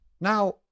Now